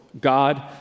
God